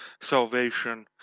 salvation